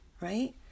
Right